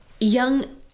young